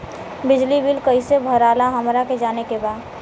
बिजली बिल कईसे भराला हमरा के जाने के बा?